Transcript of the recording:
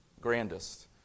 grandest